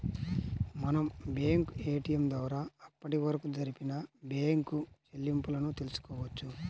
మనం bank ATM ద్వారా అప్పటివరకు జరిపిన బ్యేంకు చెల్లింపులను తెల్సుకోవచ్చు